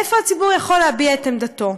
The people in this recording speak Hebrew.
איפה הציבור יכול להביע את עמדתו?